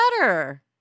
better